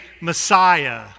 Messiah